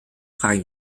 frage